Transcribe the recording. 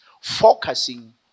focusing